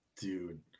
dude